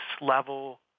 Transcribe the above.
level